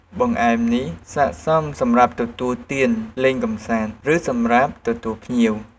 បង្អែមនេះស័ក្តិសមសម្រាប់ទទួលទានលេងកម្សាន្ត ឬសម្រាប់ទទួលភ្ញៀវ។